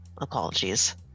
Apologies